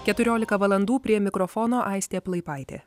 keturiolika valandų prie mikrofono aistė plaipaitė